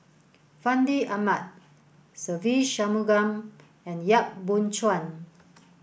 Fandi Ahmad Se Ve Shanmugam and Yap Boon Chuan